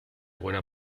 buena